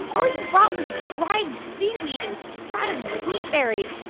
all you brought was dried seaweed and spread of wheat berries.